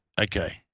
Okay